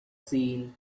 seen